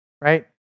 Right